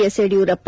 S Yediyurappa